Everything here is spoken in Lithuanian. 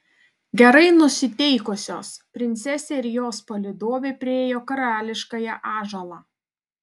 gerai nusiteikusios princesė ir jos palydovė priėjo karališkąjį ąžuolą